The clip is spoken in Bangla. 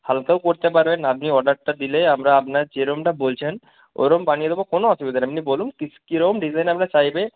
হালকাও পরতে পারবেন আপনি অর্ডারটা দিলে আমরা আপনার যেরকমটা বলছেন ওরকম বানিয়ে দেবো কোনো অসুবিধা নেই আপনি বলুন কী কীরকম ডিজাইন আপনার চাইবে